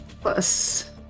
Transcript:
plus